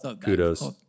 Kudos